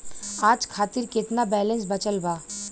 आज खातिर केतना बैलैंस बचल बा?